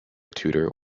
tutor